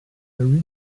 original